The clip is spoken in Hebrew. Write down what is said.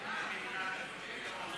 אני רוצה להתנגד.